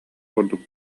курдук